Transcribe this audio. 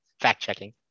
fact-checking